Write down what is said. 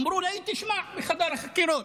אמרו לה: היא תשמע בחדר החקירות.